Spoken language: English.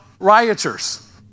rioters